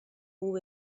who